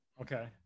Okay